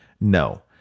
No